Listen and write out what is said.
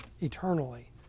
eternally